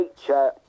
nature